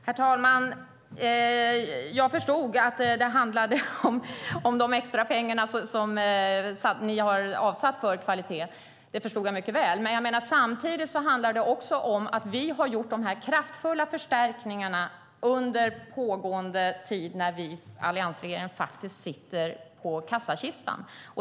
Herr talman! Jag förstod mycket väl att det handlade om de extra pengar som ni har avsatt för kvalitet. Samtidigt handlar det om att vi har gjort dessa kraftfulla förstärkningar under pågående tid när alliansregeringen sitter på kassakistan.